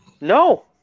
No